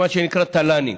מה שנקרא תל"נים,